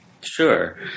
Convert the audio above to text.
Sure